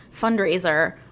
fundraiser